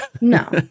No